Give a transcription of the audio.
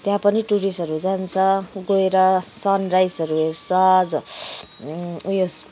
त्यहाँ पनि टुरिस्टहरू जान्छ गएर सनराइसहरू हेर्छ उयस